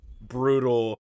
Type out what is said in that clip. brutal